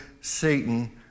Satan